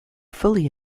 fully